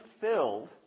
filled